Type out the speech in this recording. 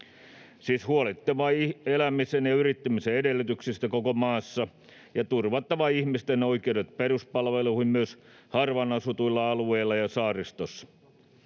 huolehdittava elämisen ja yrittämisen edellytyksistä koko maassa ja turvattava ihmisten oikeudet peruspalveluihin myös harvaan asutuilla alueilla ja saaristossa.